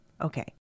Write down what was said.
Okay